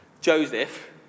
Joseph